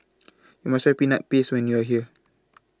YOU must Try Peanut Paste when YOU Are here